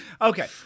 Okay